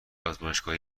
آزمایشگاهی